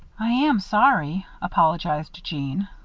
i am sorry, apologized jeanne.